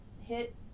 hit